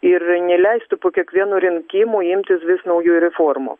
ir neleistų po kiekvienų rinkimų imtis vis naujų reformų